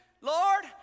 Lord